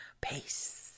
peace